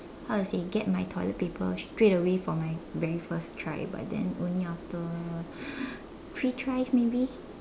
how to say get my toilet paper straightway from my very first try but then only after three tries maybe